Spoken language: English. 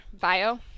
bio